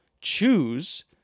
choose